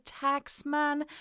taxman